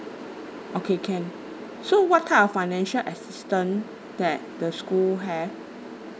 okay can so what kind of financial assistance that the school have